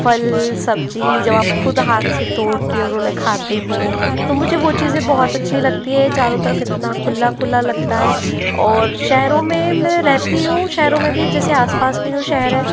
फ़ल सब्जी जो आप खुद हाथ से तोड़ के उन्होंने खाते हो तो मुझे वो चीज़ें बहुत अच्छी लगती हैं चारों तरफ़ इतना खुला खुला लगता है और शहरों में रहती हूँ शहरों में भी जैसे आसपास के जो शहर हैं